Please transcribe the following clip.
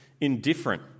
indifferent